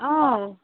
অঁ